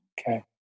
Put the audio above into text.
Okay